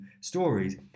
stories